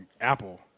Apple